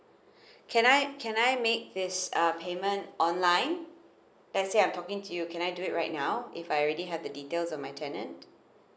can I can I make this uh payment online let's say I'm talking to you can I do it right now if I already have the details of my tenant